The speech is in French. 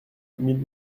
mille